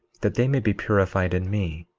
that they may be purified in me,